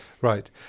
Right